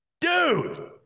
Dude